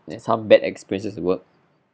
had some bad experiences at work